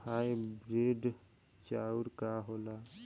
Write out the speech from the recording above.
Hybrid चाउर का होला?